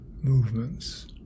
movements